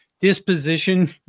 disposition